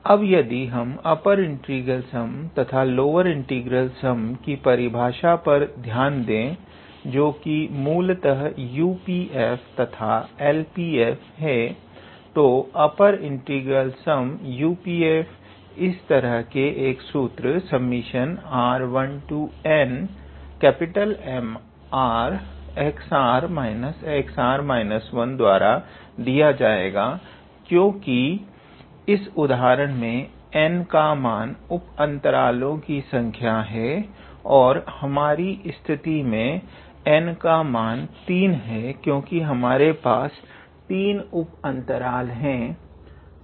अब यदि हम अपर इंटीग्रल सम तथा लोअर इंटीग्रल सम की परिभाषा पर ध्यान दें जो कि मूलतः UPf तथा LPf है तो अपर इंटीग्रल सम UPf इस तरह के एक सूत्र r1nMr द्वारा दिया जाएगा क्योंकि इस उदाहरण में n का मान उप अंतरालो की संख्या हैं और हमारी स्थिति मे n का मान 3 है क्योंकि हमारे पास 3 उप अंतराल है